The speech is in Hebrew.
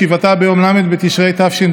התשפ"א